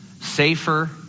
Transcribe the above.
safer